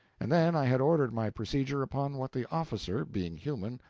and then, i had ordered my procedure upon what the officer, being human,